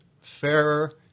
fairer